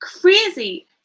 crazy